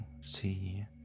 see